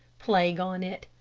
plague on it,